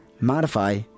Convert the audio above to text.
modify